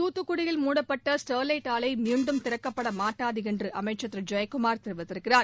தூத்துக்குடியில் மூடப்பட்ட ஸ்டெர்லைட் ஆலை மீண்டும் திறக்கப்பட மாட்டாது என்று அமைச்சர் திரு ஜெயக்குமார் கூறியிருக்கிறார்